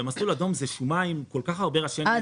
במסלול אדום זה שומה עם כל כך הרבה ראשי נזק,